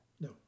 no